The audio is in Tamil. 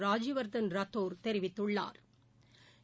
ராஜ்யவா்தன் ரத்தோா் தெரிவித்துள்ளாா்